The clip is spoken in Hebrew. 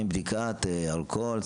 לפעמים בדיקת אלכוהול,